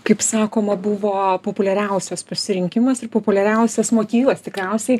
kaip sakoma buvo populiariausias pasirinkimas ir populiariausias motyvas tikriausiai